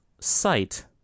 site